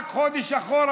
רק חודש אחורה,